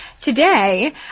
today